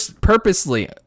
purposely